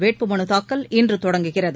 வேட்புமனு தாக்கல் இன்று தொடங்குகிறது